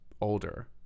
older